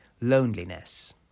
loneliness